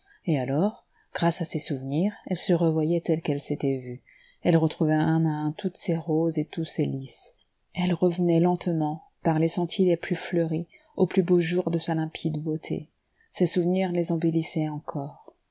et alors grâce à ses souvenirs elle se revoyait telle qu'elle s'était vue elle retrouvait un à un toutes ses roses et tous ses lis elle revenait lentement par les sentiers les plus fleuris aux plus beaux jours de sa limpide beauté ses souvenirs les embellissaient encore